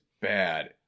bad